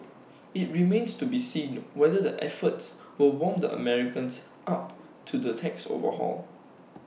IT remains to be seen whether the efforts will warm the Americans up to the tax overhaul